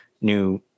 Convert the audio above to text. new